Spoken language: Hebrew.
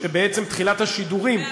בעצם תחילת השידורים,